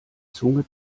zunge